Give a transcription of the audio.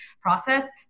process